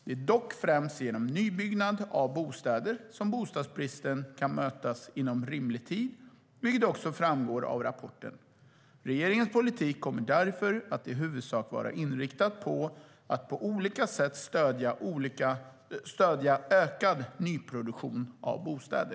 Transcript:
Det är dock främst genom nybyggnad av bostäder som bostadsbristen kan mötas inom rimlig tid, vilket också framgår av rapporten. Regeringens politik kommer därför i huvudsak att vara inriktad på att på olika sätt stödja ökad nyproduktion av bostäder.